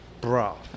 bro